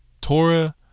Torah